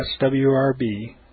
swrb